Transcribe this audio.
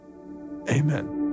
amen